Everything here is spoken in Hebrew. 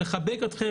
מה אתה חושב על זה?